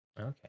okay